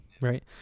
right